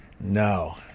No